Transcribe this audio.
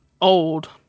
old –